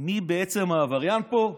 מי בעצם העבריין פה?